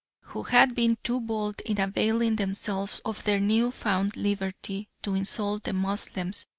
who had been too bold in availing themselves of their new-found liberty to insult the moslems,